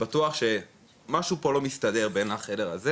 אני בטוח שמשהו פה לא מסתדר בין החדר הזה